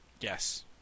Yes